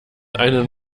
einen